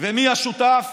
ומי השותף,